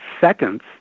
seconds